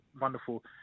wonderful